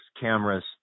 cameras